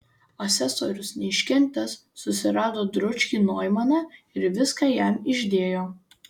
asesorius neiškentęs susirado dručkį noimaną ir viską jam išdėjo